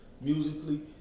musically